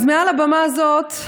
אז מעל הבמה הזאת,